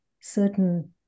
certain